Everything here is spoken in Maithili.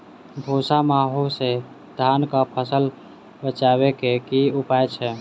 भूरा माहू सँ धान कऽ फसल बचाबै कऽ की उपाय छै?